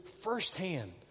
firsthand